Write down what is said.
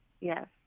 Yes